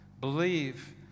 believe